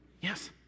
Yes